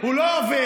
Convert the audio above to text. הוא לא עובד.